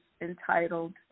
entitled